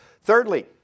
Thirdly